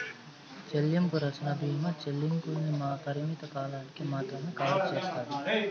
చెల్లింపు రచ్చన బీమా చెల్లింపుల్ని పరిమిత కాలానికి మాత్రమే కవర్ సేస్తాది